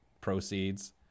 proceeds